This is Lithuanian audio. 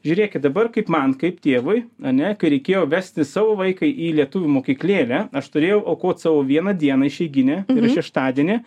žiūrėkit dabar kaip man kaip tėvui ane kai reikėjo vesti savo vaiką į lietuvių mokyklėlę aš turėjau aukot savo vieną dieną išeiginę tai yra šeštadienį